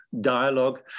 dialogue